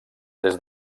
des